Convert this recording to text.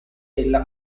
della